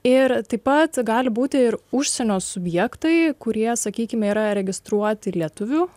ir taip pat gali būti ir užsienio subjektai kurie sakykime yra registruoti lietuvių